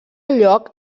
lloc